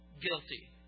guilty